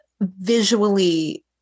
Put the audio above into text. visually